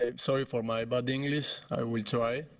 and sorry for my bad english. i will try.